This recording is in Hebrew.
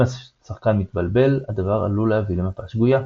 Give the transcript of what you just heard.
אם השחקן מתבלבל, הדבר עלול להביא למפה שגויה,